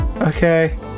Okay